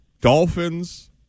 Dolphins